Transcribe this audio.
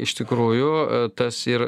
iš tikrųjų tas ir